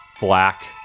black